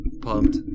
Pumped